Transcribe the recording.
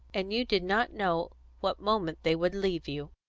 and you did not know what moment they would leave you.